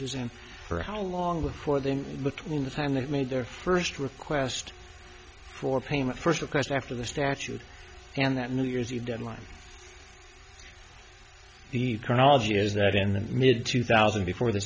and for how long before then between the time they made their first request for payment first request after the statute and that new year's eve deadline the chronology is that in mid two thousand before the